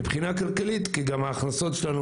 מבחינה כלכלית כי גם ההכנסות שלנו